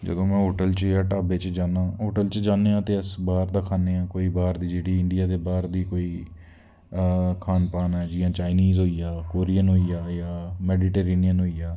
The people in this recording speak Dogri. जदूं में होटल च जां ढाबे च जन्ना होटल च जन्ने ते अस बाह्र दा खन्ने आं कोई बाह्र दी जेह्ड़े इंडिया दे बाह्र दी कोई खान पान ऐ जियां चाईनीज होई गेआ कोरियन होई गेआ जां मैडीटेरिनियन होई गेआ